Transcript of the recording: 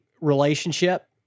relationship